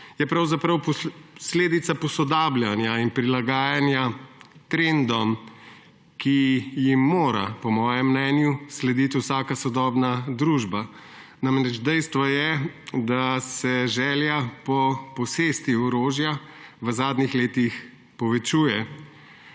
je pravzaprav posledica posodabljanja in prilagajanja trendom, ki jim mora po mojem mnenju slediti vsaka sodobna družba. Dejstvo je, da se želja po posesti orožja v zadnjih letih povečuje,